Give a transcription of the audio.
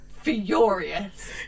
furious